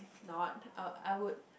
not I I would